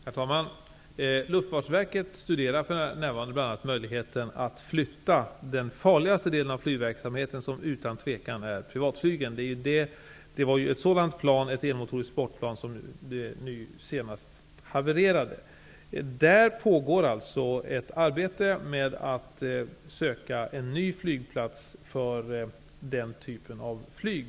Herr talman! Luftfartsverket studerar för närvarande möjligheten att flytta den utan tvivel farligaste delen av flygverksamheten, nämligen privatflyget. Det var ju ett enmotorigt sportplan som nu senast havererade. Det pågår alltså ett arbete med att söka ny flygplats för den typen av flyg.